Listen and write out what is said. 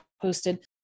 posted